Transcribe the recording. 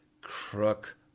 crook